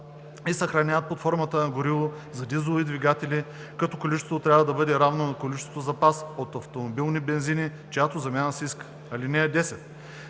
и съхраняват и под формата на гориво за дизелови двигатели, като количеството трябва да бъде равно на количеството запас от автомобилни бензини, чиято замяна се иска. (10)